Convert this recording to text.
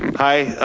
hi,